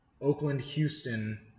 Oakland-Houston